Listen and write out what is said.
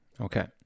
Okay